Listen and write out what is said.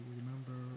remember